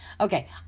Okay